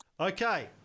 Okay